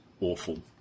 awful